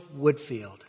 Woodfield